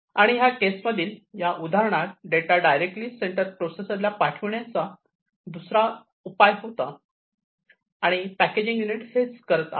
आणि ह्या केस मधील या उदाहरणात डेटा डायरेक्टली सेंट्रल प्रोसेसर ला पाठविण्याचा दुसरा उपाय होता आणि पॅकेजिंग युनिट हेच करत आहे